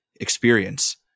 experience